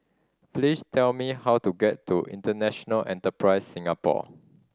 please tell me how to get to International Enterprise Singapore